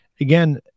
again